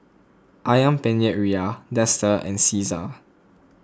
Ayam Penyet Ria Dester and Cesar